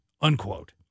unquote